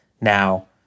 Now